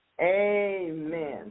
Amen